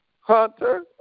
Hunter